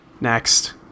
Next